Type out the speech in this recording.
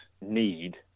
need